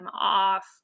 off